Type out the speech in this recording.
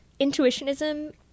intuitionism